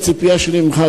הציפייה שלי ממך,